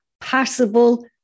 possible